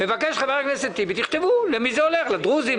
מבקש חבר הכנסת טיבי שתכתבו למי זה הולך: לדרוזים,